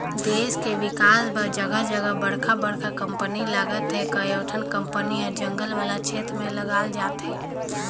देस के बिकास बर जघा जघा बड़का बड़का कंपनी लगत हे, कयोठन कंपनी हर जंगल वाला छेत्र में लगाल जाथे